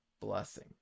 blessing